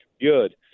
Good